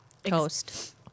Toast